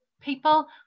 People